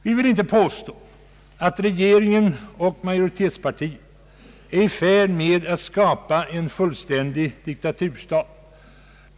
Vi vill inte påstå att regeringsoch majoritetspartiet är i färd med att skapa en fullständig diktaturstat.